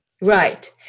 Right